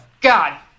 God